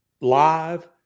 live